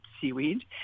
seaweed